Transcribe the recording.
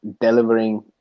delivering